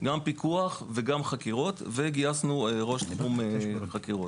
גם פיקוח וגם חקירות, וגייסנו ראש תחום חקירות.